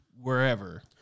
wherever